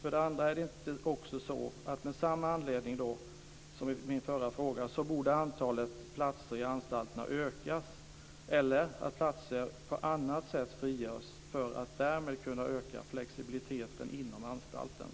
Är det inte också så att antalet platser i anstalterna borde ökas eller på annat sätt frigöras? Därmed skulle man kunna öka flexibiliteten inom anstalterna.